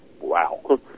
wow